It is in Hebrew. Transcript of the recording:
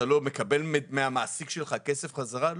אתה מקבל מהמעסיק שלך כסף בחזרה?